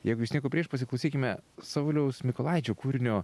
jeigu jūs nieko prieš pasiklausykime sauliaus mykolaičio kūrinio